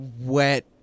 wet